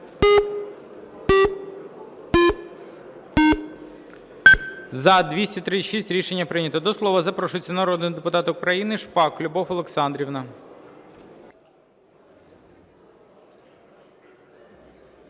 За-236 Рішення прийнято. До слова запрошується народний депутат України Шпак Любов Олександрівна.